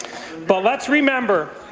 but let's remember,